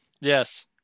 yes